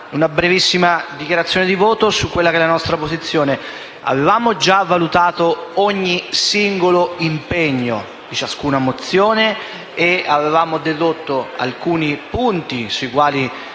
una brevissima dichiarazione di voto sulla nostra posizione. Avevamo già valutato ogni singolo impegno di ciascuna mozione e avevamo individuato alcuni punti sui quali